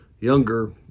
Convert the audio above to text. younger